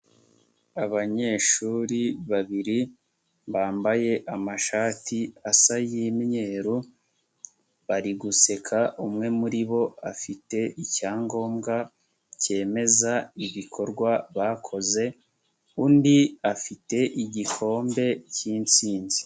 Abanyeshuri babiri bambaye amashati asa y'imyeru bari guseka umwe muri bo afite icyangombwa kemeza igikorwa bakoze, undi afite igikombe k'intsinzi.